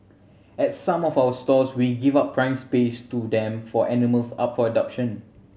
at some of our stores we give out prime space to them for animals up for adoption